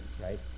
right